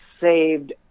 saved